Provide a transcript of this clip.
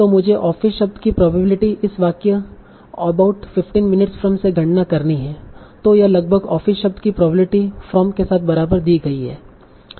तो मुझे ऑफिस शब्द की प्रोबेबिलिटी इस वाक्य 'अबाउट 15 मिनट्स फ्रॉम' से गणना करनी है और यह लगभग ऑफिस शब्द की प्रोबेबिलिटी 'फ्रॉम' के साथ बराबर दी गई है